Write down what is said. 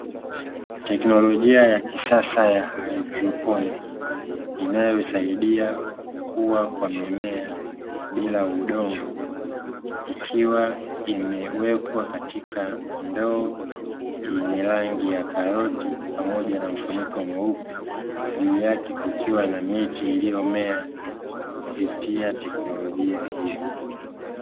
Teknolojia ya kisasa ya haidroponiki inayosaidia kukua kwa mimea bila udongo, ikiwa imewekwa katika ndoo yenye rangi ya karoti pamoja na mfuniko mweupe, juu yake kukiwa na miti iliyomea kupitia tekinolojia hiyo.